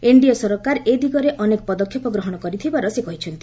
NDA ସରକାର ଏ ଦିଗରେ ଅନେକ ପଦକ୍ଷେପ ଗ୍ରହଣ କରିଥିବାର ସେ କହିଛନ୍ତି